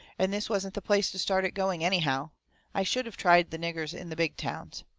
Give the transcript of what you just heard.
and this wasn't the place to start it going, anyhow i should have tried the niggers in the big towns.